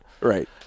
right